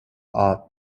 are